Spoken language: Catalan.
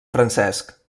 francesc